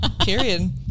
period